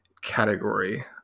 category